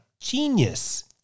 Genius